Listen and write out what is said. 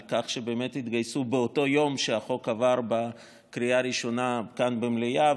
על כך שבאמת התגייסו באותו יום שהחוק עבר בקריאה ראשונה כאן במליאה,